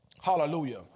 Hallelujah